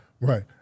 Right